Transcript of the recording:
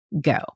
go